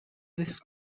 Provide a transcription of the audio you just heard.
this